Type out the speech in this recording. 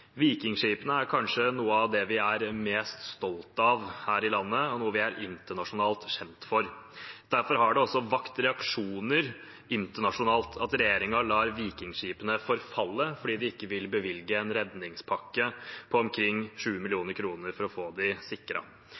Vikingskipene er kanskje noe av det vi er mest stolte av her i landet, og noe vi er internasjonalt kjent for. Derfor har det også vakt reaksjoner internasjonalt at regjeringen lar vikingskipene forfalle fordi de ikke vil bevilge en redningspakke på omkring 7 mill. kr for å få